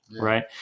right